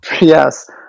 Yes